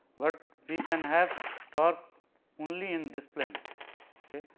but we can have torque only in this plane ok.